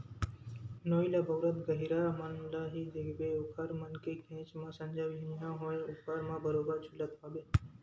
नोई ल बउरत गहिरा मन ल ही देखबे ओखर मन के घेंच म संझा बिहनियां होय ऊपर म बरोबर झुलत पाबे